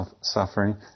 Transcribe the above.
suffering